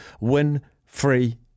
win-free